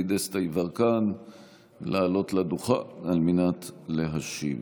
דסטה יברקן לעלות לדוכן על מנת להשיב,